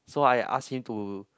so I ask him to